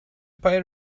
پای